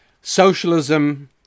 socialism